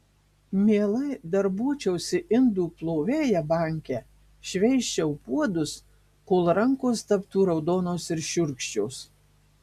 mielai darbuočiausi indų plovėja banke šveisčiau puodus kol rankos taptų raudonos ir šiurkščios